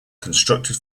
constructed